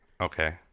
Okay